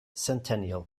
centennial